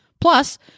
Plus